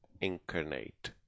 incarnate